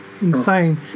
insane